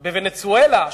בוונצואלה,